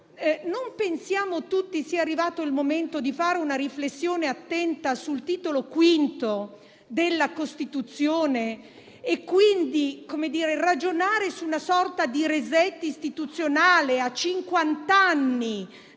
non pensiamo tutti sia arrivato il momento di fare una riflessione attenta sul Titolo V della Costituzione e ragionare su una sorta di *reset* istituzionale a